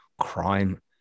crime